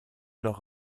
noch